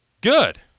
Good